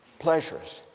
pleasures